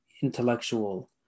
intellectual